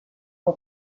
son